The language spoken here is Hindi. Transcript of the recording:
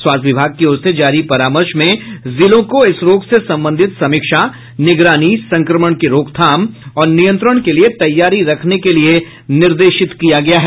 स्वास्थ्य विभाग की ओर से जारी परामर्श में जिलों को इस रोग से संबंधित समीक्षा निगरानी संक्रमण की रोकथाम और नियंत्रण के लिए तैयारी रखने के लिए निर्देशित किया गया है